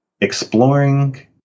exploring